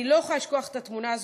אני לא יכולה לשכוח את התמונה הזאת,